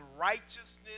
righteousness